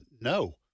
no